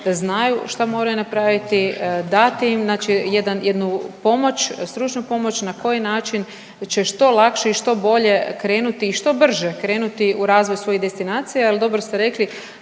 da znaju šta moraju napraviti, dati im znači jednu pomoć, stručnu pomoć na koji način će što lakše i što bolje krenuti i što brže krenuti u razvoj svojih destinacija. Jer dobro ste rekli